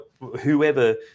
whoever